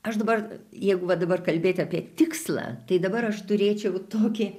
aš dabar jeigu va dabar kalbėti apie tikslą tai dabar aš turėčiau tokį